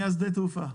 משדה התעופה.